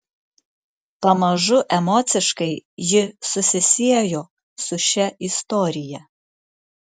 pamažu emociškai ji susisiejo su šia istorija